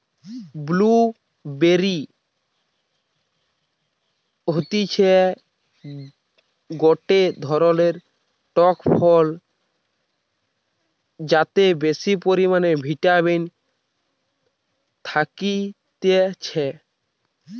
blue বেরি হতিছে গটে ধরণের টক ফল যাতে বেশি পরিমানে ভিটামিন থাকতিছে